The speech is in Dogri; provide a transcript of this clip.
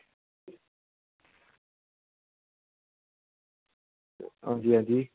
अंजी अंजी